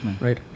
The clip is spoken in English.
Right